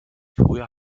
früher